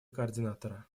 координатора